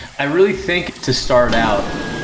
i really think to start out,